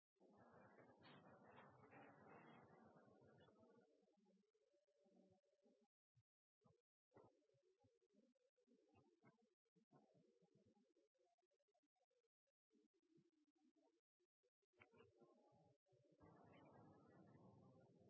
over